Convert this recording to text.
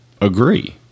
agree